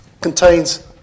contains